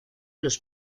los